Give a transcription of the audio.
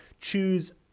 choose